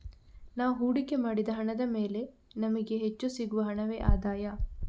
ನಾವು ಹೂಡಿಕೆ ಮಾಡಿದ ಹಣದ ಮೇಲೆ ನಮಿಗೆ ಹೆಚ್ಚು ಸಿಗುವ ಹಣವೇ ಆದಾಯ